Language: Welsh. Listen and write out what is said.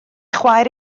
chwaer